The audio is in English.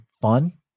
fun